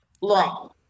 long